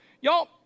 Y'all